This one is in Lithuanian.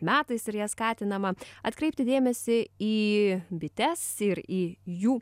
metais ir ja skatinama atkreipti dėmesį į bites ir į jų